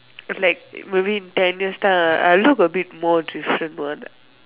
like maybe in ten years time I'll look a bit more different what